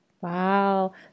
Wow